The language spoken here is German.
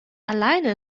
alleine